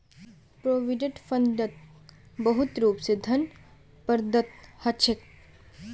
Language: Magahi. प्रोविडेंट फंडत मुख्य रूप स धन प्रदत्त ह छेक